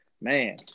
Man